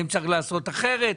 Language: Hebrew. האם צריך לעשות אחרת.